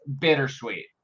bittersweet